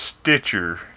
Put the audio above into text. Stitcher